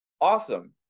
awesome